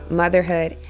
motherhood